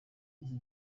iki